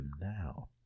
now